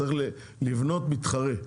צריך לבנות מתחרה,